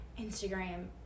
Instagram